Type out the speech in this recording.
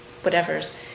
whatevers